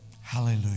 Hallelujah